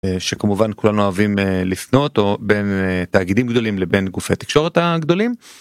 שכמובן כולנו אוהבים לפנות או בין תאגידים גדולים לבין גופי תקשורת הגדולים.